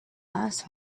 ice